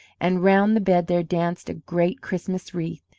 and round the bed there danced a great christmas wreath,